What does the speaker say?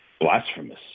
blasphemous